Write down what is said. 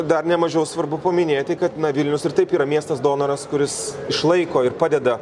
dar nemažiau svarbu paminėti kad na vilnius ir taip yra miestas donoras kuris išlaiko ir padeda